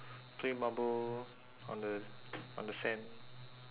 play marble on the on the sand